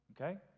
okay